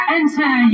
enter